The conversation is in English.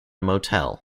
motel